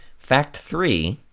fact three